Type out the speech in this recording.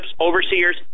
overseers